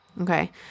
Okay